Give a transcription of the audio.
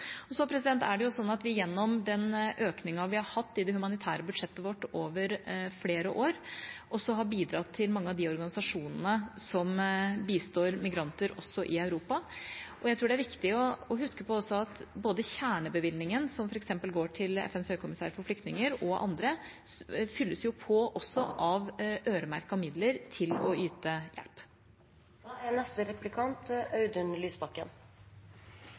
Gjennom den økningen vi har hatt i det humanitære budsjettet vårt over flere år, har vi bidratt til mange av de organisasjonene som bistår migranter også i Europa, og jeg tror det er viktig å huske på at kjernebevilgningen, som f.eks. går til FNs høykommisær for flyktninger og andre, fylles på også av øremerkede midler til å yte hjelp. Jeg vil også følge opp saken om flertallets merknad om mulige kutt i bistanden til palestinske selvstyremyndigheter. SV er